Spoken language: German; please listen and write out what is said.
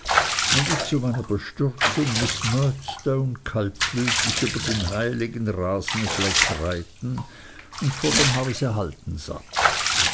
und ich zu meiner bestürzung miß murdstone kaltblütig über den heiligen rasenfleck reiten und vor dem hause halten sah